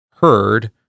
heard